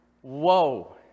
Whoa